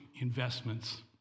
investments